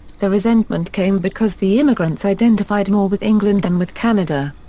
the resentment came because the immigrants identified more with england than with canada.